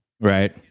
Right